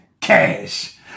cash